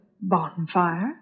bonfire